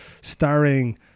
starring